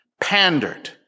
pandered